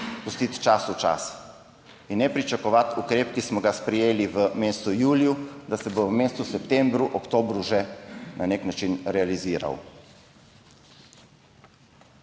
pustiti času čas in ne pričakovati, da se bo ukrep, ki smo ga sprejeli v mesecu juliju, v mesecu septembru, oktobru že na nek način realiziral.